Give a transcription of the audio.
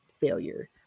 failure